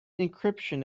encryption